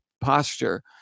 posture